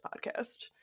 podcast